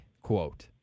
quote